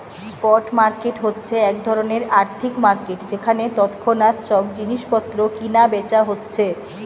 spot market হচ্ছে এক ধরণের আর্থিক মার্কেট যেখানে তৎক্ষণাৎ সব জিনিস পত্র কিনা বেচা হচ্ছে